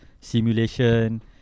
simulation